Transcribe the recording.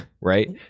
right